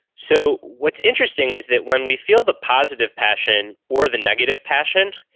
so, what's interesting is that when we feel the positive passion or the negative passion,